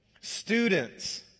Students